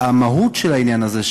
המהות של העניין הזה,